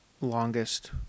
longest